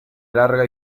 larga